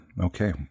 Okay